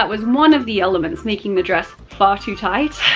was one of the elements making the dress far too tight.